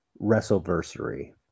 Wrestleversary